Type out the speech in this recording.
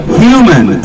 human